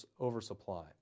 oversupply